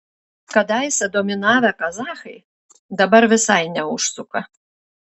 kadaise dominavę kazachai dabar visai neužsuka